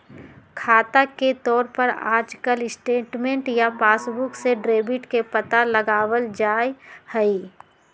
खाता के तौर पर आजकल स्टेटमेन्ट या पासबुक से डेबिट के पता लगावल जा हई